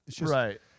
Right